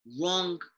Wrong